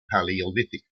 paleolithic